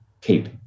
keep